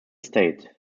state